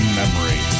memory